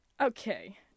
Okay